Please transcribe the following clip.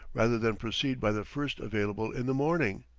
rather than proceed by the first available in the morning?